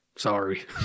Sorry